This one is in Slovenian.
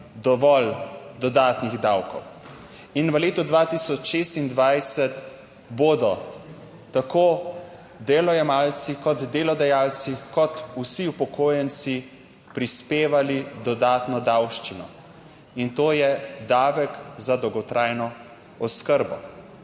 dovolj dodatnih davkov. In v letu 2026 bodo tako delojemalci, kot delodajalci, kot vsi upokojenci prispevali dodatno davščino in to je davek za dolgotrajno oskrbo.